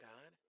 God